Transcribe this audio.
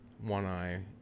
one-eye